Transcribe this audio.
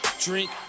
drink